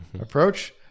approach